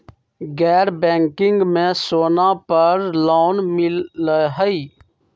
गैर बैंकिंग में सोना पर लोन मिलहई?